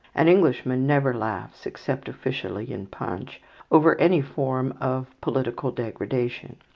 an englishman never laughs except officially in punch over any form of political degradation.